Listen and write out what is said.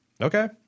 Okay